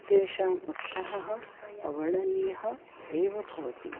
तेषाम् उत्साहः अवर्णनीयः एव भवति